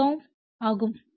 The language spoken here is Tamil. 5 ஓம் ஆகும்